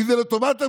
כי זה לטובת המדינה.